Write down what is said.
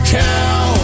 cow